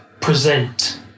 Present